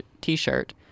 T-shirt